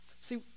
See